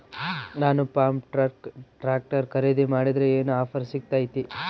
ನಾನು Farmtrac tractor ಖರೇದಿ ಮಾಡಿದ್ರೆ ಏನು ಆಫರ್ ಸಿಗ್ತೈತಿ?